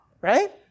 right